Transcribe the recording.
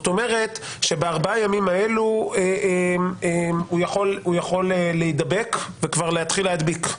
בארבעת הימים האלה הוא יכול להידבק וכבר להתחיל להדביק.